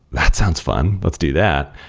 that sounds fun. let's do that.